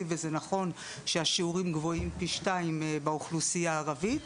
וזה נכון שהשיעורים גבוהים פי שתיים באוכלוסייה הערבית,